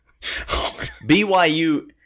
BYU